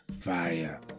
fire